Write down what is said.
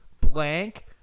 blank